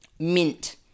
Mint